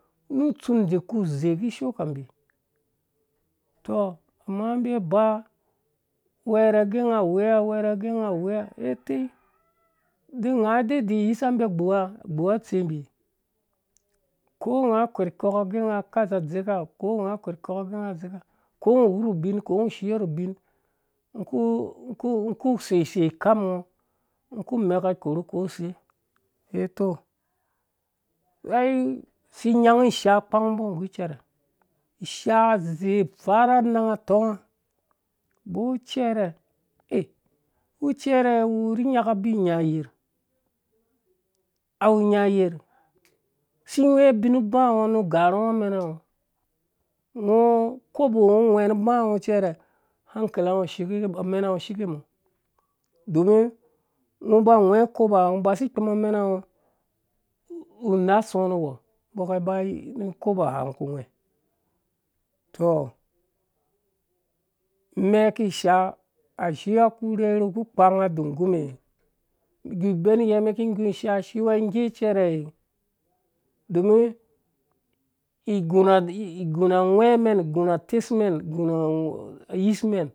Nu tsind ku zei kishoo kami tɔvamma mni aba wɛrhe gɛ nga a weya wɛrhe gɛ nga weya a tɛi de nga de dɛ yisa mbi agbuwa guwa atsembi ko nga kwerh koka gɛ anga kaza dzeka ko ngɔ wurhu ubin ko ngɔ shiyo rhu ubin ngɔ ku seisei khamm ngɔ ngɔ ku meko korhu kose etɔ aisi nyanyi ishaa kpangu mbɔ nggu icɛrɛ ishaa azei fara anang tɔnga bɔr cɛrɛ a wu cɛrɛ whurhi nyaka bi nya yer awu nya yerh si gwhe ubin nu uba ngɔ nu garungɔ amɛn ngɔ ngɔ kobo ngɔ gwhɛ nu uba ngɔ cɛrɛ hankala ngol shike amɛna ngɔ shike mɔ domin ngɔ ba gwhɛ koboha ngɔ ba si kpom amena ngɔ una ngɔ nu uwɔ mbɔ ka ba nu kobɔha ngɔ ku rherharhe nggu kparh nga dungume igu ibɛm mɛn kingu shaa shiweya ngge cɛrɛyedomin gu na awghɛmen igu na atɛsmen igu na ayismen,